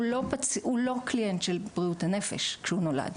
הוא לא קליינט של בריאות הנפש כשהוא נולד,